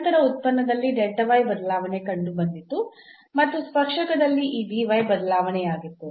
ನಂತರ ಉತ್ಪನ್ನದಲ್ಲಿ ಬದಲಾವಣೆ ಕಂಡುಬಂದಿತು ಮತ್ತು ಸ್ಪರ್ಶಕದಲ್ಲಿ ಈ ಬದಲಾವಣೆಯಾಗಿತ್ತು